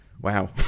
Wow